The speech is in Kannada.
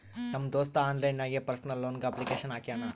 ನಮ್ ದೋಸ್ತ ಆನ್ಲೈನ್ ನಾಗೆ ಪರ್ಸನಲ್ ಲೋನ್ಗ್ ಅಪ್ಲಿಕೇಶನ್ ಹಾಕ್ಯಾನ್